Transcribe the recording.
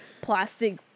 plastic